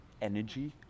energy